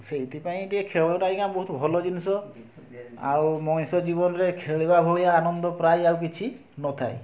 ସେଥିପାଇଁ ଟିକିଏ ଖେଳଟା ଆଜ୍ଞା ଟିକିଏ ବହୁତ ଭଲ ଜିନିଷ ଆଉ ମଣିଷ ଜୀବନରେ ଖେଳିବା ଭଳିଆ ଆନନ୍ଦ ପ୍ରାୟ ଆଉ କିଛି ନଥାଏ